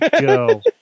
go